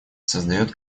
создает